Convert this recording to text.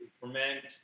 ferment